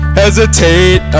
hesitate